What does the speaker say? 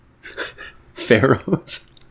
Pharaohs